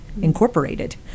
Incorporated